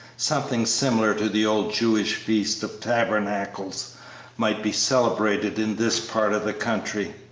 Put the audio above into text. something similar to the old jewish feast of tabernacles might be celebrated in this part of the country!